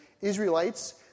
Israelites